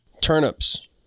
Turnips